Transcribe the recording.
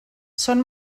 són